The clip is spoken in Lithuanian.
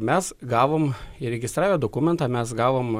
mes gavom įregistravę dokumentą mes gavom